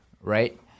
right